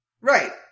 Right